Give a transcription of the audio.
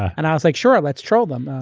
and i was like sure, let's troll them.